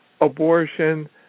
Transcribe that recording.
abortion